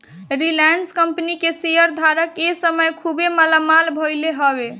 Reliance company के share धारक ए समय खुबे मालामाल भईले हवे